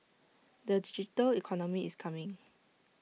the digital economy is coming